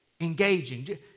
engaging